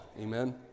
Amen